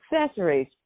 accessories